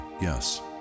yes